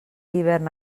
hivern